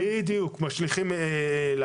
בדיוק, מה שאנחנו משליכים לאשפה.